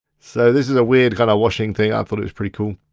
so this is a weird kind of washing thing, i thought it was pretty cool.